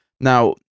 Now